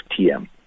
TM